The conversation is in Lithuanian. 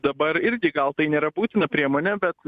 dabar irgi gal tai nėra būtina priemonė bet